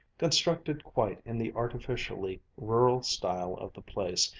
constructed quite in the artificially rural style of the place,